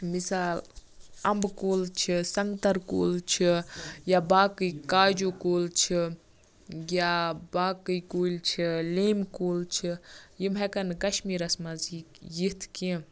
مِثال اَمبہٕ کُل چھِ سَنگتَر کُل چھ یا باقٕے کاجو کُل چھِ یا باقٕے کُلۍ چھِ لیٚمبۍ کُل چھِ یِم ہیٚکَن نہٕ کَشمیرَس منٛز یِتھ کیٚنٛہہ